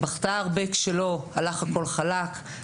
בכתה כשלא הלך הכול חלק,